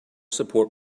support